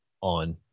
on